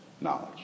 knowledge